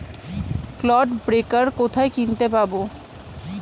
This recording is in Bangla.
ক্লড ব্রেকার কোথায় কিনতে পাব?